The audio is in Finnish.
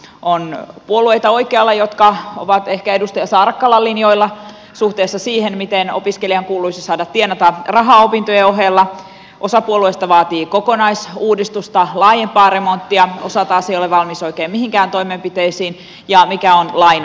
on puolueita oikealla jotka ovat ehkä edustaja saarakkalan linjoilla suhteessa siihen miten opiskelijan kuuluisi saada tienata rahaa opintojen ohella osa puolueista vaatii kokonaisuudistusta laajempaa remonttia osa taas ei ole valmis oikein mihinkään toimenpiteisiin ja mikä on lainan osuus